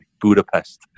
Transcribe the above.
Budapest